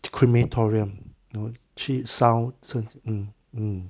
the crematorium no 去烧尸嗯嗯